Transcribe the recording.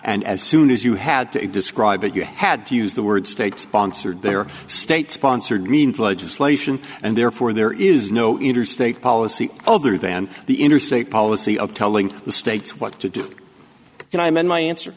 and as soon as you had to describe it you had to use the word state sponsored there are state sponsored means legislation and therefore there is no interstate policy older than the interstate policy of telling the states what to do and i met my answer